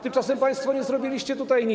Tymczasem państwo nie zrobiliście tutaj nic.